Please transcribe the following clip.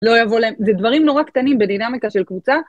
לא יבוא להם, זה דברים נורא קטנים בדינאמיקה של קבוצה.